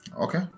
okay